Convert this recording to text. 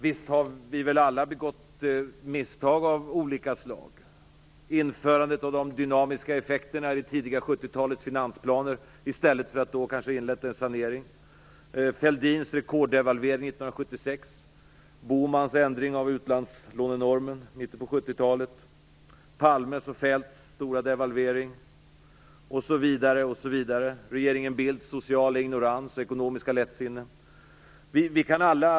Visst har vi väl alla begått misstag av olika slag, t.ex. införandet av de dynamiska effekterna i det tidiga 70 talets finansplaner i stället för att då kanske inleda en sanering. Vidare har vi Fälldins rekorddevalvering 1976, Bohmans ändring av utlandslånenormen i mitten på 70-talet, Palmes och Feldts stora devalvering, regeringen Bildts sociala ignorans och ekonomiska lättsinne osv.